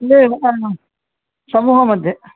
न एव कारणात् समूहमध्ये